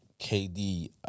KD